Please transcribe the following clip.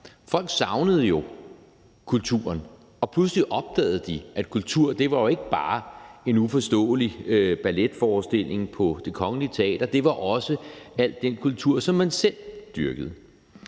Folk savnede kulturen, og pludselig opdagede de, at kultur jo ikke bare var en uforståelig balletforestilling på Det Kongelige Teater – det var også al den kultur, som man selv dyrkede.